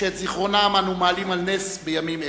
שאת זיכרונם אנו מעלים על נס בימים אלה: